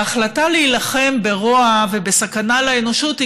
ההחלטה להילחם ברוע ובסכנה לאנושות היא